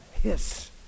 hiss